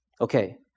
Okay